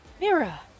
Mira